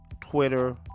Twitter